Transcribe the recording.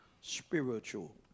spiritual